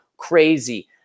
crazy